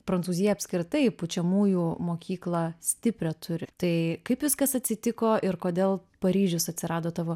prancūzija apskritai pučiamųjų mokyklą stiprią turi tai kaip viskas atsitiko ir kodėl paryžius atsirado tavo